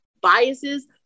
biases